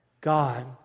God